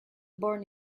born